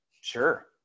Sure